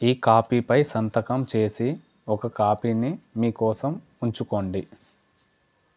ఈ కాపీపై సంతకం చేసి ఒక కాపీని మీ కోసం ఉంచుకోండి